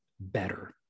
better